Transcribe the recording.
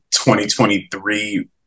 2023